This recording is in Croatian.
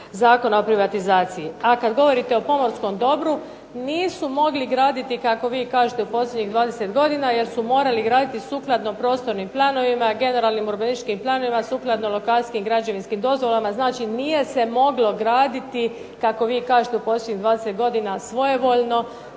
Zakona o privatizaciji. A kad govorite o pomorskom dobru nisu mogli graditi kako vi kažete u posljednjih 20 godina jer su morali graditi sukladno prostornim planovima, generalnim urbanističkim planovima sukladno lokacijskim građevinskim dozvolama. Znači, nije se moglo graditi kako vi kažete u posljednjih 20 godina svojevoljno,